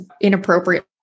inappropriate